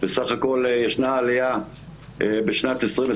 בסך הכל יש עלייה בשנת 2021,